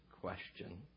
question